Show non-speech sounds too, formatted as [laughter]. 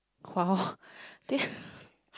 !wow! do you have [breath]